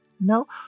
No